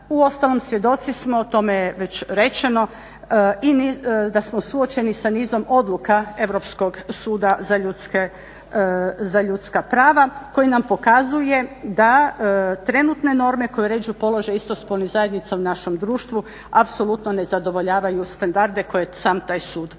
uostalom svjedoci smo, o tome je već rečeno da smo suočeni sa nizom odluka Europskog suda za ljudska prava koji nam pokazuje da trenutne norme koje uređuju položaj istospolnih zajednica u našem društvu apsolutno ne zadovoljavaju standarde koje je sam taj sud postavio.